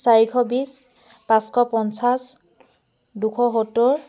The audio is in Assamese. চাৰিশ বিশ পাঁচশ পঞ্চাছ দুশ সত্তৰ